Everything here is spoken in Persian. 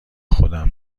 خودم